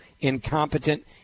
incompetent